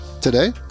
today